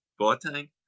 Boateng